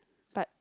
but